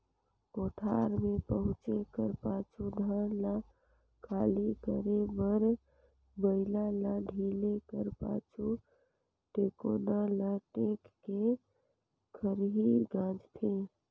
कोठार मे पहुचे कर पाछू धान ल खाली करे बर बइला ल ढिले कर पाछु, टेकोना ल टेक के खरही गाजथे